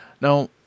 Now